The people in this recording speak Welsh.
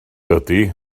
ydy